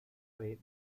ave